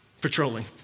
patrolling